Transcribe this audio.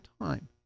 time